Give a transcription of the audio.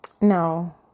no